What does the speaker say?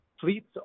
fleets